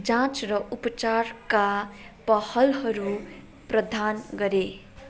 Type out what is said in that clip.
जाँच र उपचारका पहलहरू प्रदान गरे